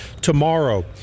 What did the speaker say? tomorrow